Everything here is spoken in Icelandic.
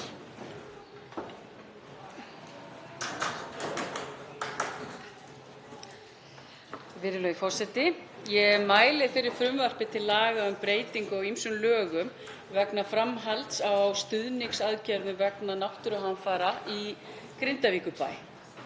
Ég mæli fyrir frumvarpi til laga um breytingu á ýmsum lögum vegna framhalds á stuðningsaðgerðum vegna náttúruhamfara í Grindavíkurbæ.